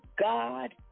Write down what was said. God